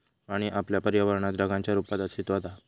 पाणी आपल्या पर्यावरणात ढगांच्या रुपात अस्तित्त्वात हा